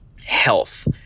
health